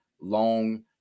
long